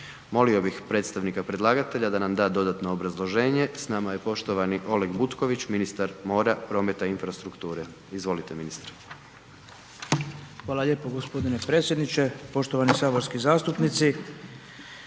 Molio bih predstavnika predlagatelja da nam da dodatno obrazloženje, s nama je poštovani Oleg Butković, ministar mora, prometa i infrastrukture. Izvolite ministre. **Butković, Oleg (HDZ)** Hvala lijepo gospodine predsjedniče. Poštovani saborski zastupnici.